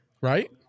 right